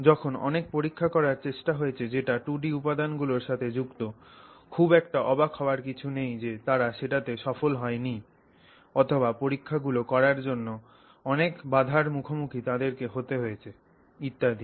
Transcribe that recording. যখন অনেক পরীক্ষা করার চেষ্টা হয়েছে যেটা 2 ডি উপাদান গুলোর সাথে যুক্ত খুব একটা অবাক হওয়ার কিছু নেই যে তারা সেটাতে সফল হয় নি অথবা পরীক্ষা গুলো করার জন্য অনেক বাধার মুখোমুখি তাদের কে হতে হয়েছে ইত্যাদি